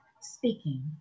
speaking